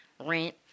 rent